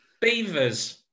Beavers